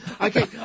Okay